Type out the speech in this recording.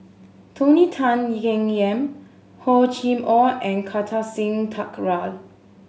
Tony Tan Keng Yam Hor Chim Or and Kartar Singh Thakral